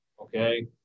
okay